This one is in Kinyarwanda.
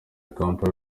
kampala